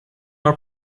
our